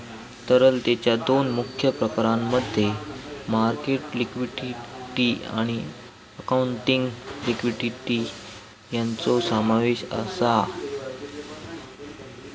तरलतेच्या दोन मुख्य प्रकारांमध्ये मार्केट लिक्विडिटी आणि अकाउंटिंग लिक्विडिटी यांचो समावेश आसा